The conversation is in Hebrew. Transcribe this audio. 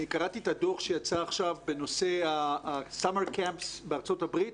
אני קראתי את הדוח שיצא עכשיו בנושא מחנות הקיץ בארצות הברית